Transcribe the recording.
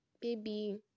baby